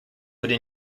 would